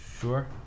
Sure